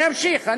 אני אמשיך.